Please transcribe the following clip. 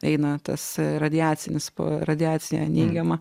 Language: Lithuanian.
eina tas radiacinis radiacija neigiama